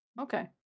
Okay